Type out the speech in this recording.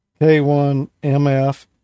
K1MF